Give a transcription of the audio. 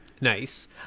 nice